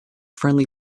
friendly